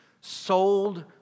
sold